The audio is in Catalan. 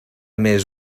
més